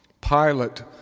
Pilate